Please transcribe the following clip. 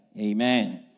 Amen